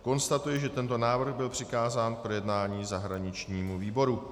Konstatuji, že tento návrh byl přikázán k projednání zahraničnímu výboru.